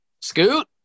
Scoot